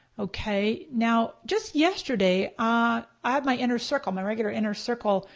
okay? now just yesterday ah i had my inner circle, my regular inner circle,